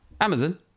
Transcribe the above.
Amazon